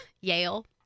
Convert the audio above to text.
Yale